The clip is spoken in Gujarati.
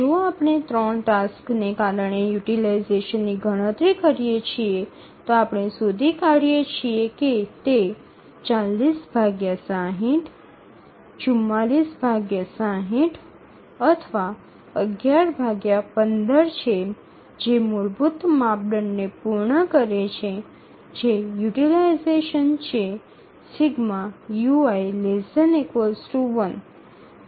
જો આપણે 3 ટાસ્કને કારણે યુટીલાઈઝેશનની ગણતરી કરીએ છીએ તો આપણે શોધી કાઢીએ છીએ કે તે અથવા છે જે મૂળભૂત માપદંડને પૂર્ણ કરે છે જે યુટીલાઈઝેશન છે ∑ui ≤1